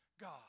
God